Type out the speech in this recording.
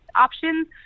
options